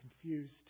confused